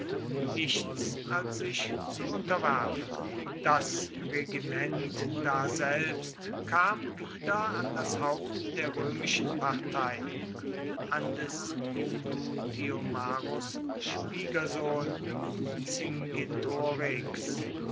nichts als sich zu unterwerfen das regiment daselbst kam wieder an das haupt der römischen partei an des indutiomarus schwiegersohn